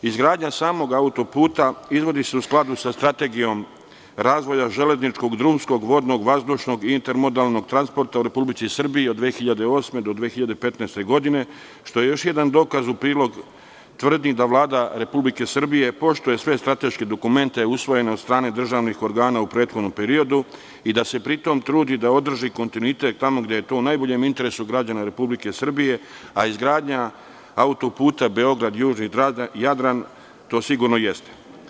Izgradnja samog autoputa izvodi se u skladu sa Strategijom razvoja železničkog, drumskog, vodnog, vazdušnog i intermodalnog transporta u Republici Srbiji, od 2008. god 2015. godine, što je još jedan dokaz u prilog tvrdnji da Vlada Republike Srbije poštuje sve strateške dokumente usvojene od strane državnih organa u prethodnom periodu i da se pri tome trudi da održi kontinuitet tamo gde je to u najboljem interesu građana Republike Srbije, a izgradnja autoputa Beograd-Južni Jadran to sigurno jeste.